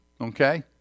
Okay